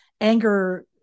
anger